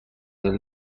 del